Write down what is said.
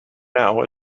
now